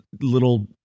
little